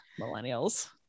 millennials